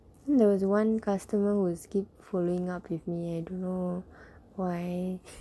there was one customer who skipped following up with me I don't know why